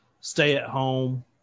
stay-at-home